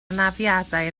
anafiadau